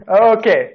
Okay